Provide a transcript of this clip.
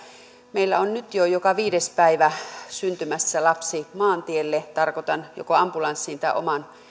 meillä on nyt jo joka viides päivä syntymässä lapsi maantielle tarkoitan joko ambulanssiin tai omaan